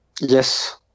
Yes